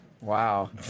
Wow